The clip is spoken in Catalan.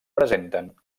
presenten